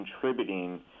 contributing